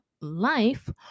life